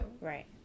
Right